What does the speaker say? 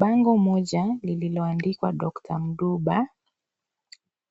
Bango moja lililoandikwa Dr. Mduba